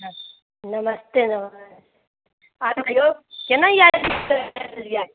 नमस्ते यौ केना याद परलियै